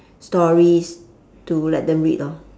stories to let them read lor